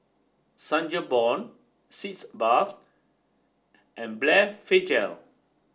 Sangobion Sitz Bath and Blephagel